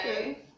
Okay